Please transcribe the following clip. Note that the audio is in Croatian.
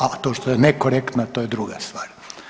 A to što je nekorektno to je druga stvar.